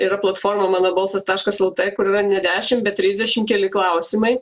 yra platforma mano balsas taškas lt kur yra ne dešim bet trisdešim keli klausimai